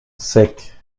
sec